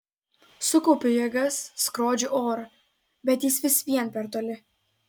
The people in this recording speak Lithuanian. sukaupiu jėgas skrodžiu orą bet jis vis vien per toli